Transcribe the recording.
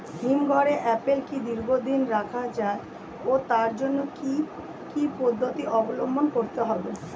হিমঘরে আপেল কি দীর্ঘদিন রাখা যায় ও তার জন্য কি কি পদ্ধতি অবলম্বন করতে হবে?